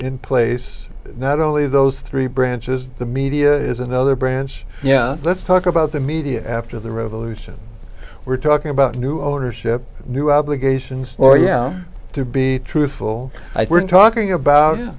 in place not only those three branches the media is another branch yeah let's talk about the media after the revolution we're talking about new ownership new obligations or yeah to be truthful i were talking about